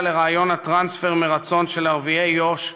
לרעיון הטרנספר מרצון של ערביי יו"ש,